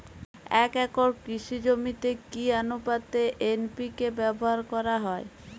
এক একর কৃষি জমিতে কি আনুপাতে এন.পি.কে ব্যবহার করা হয়?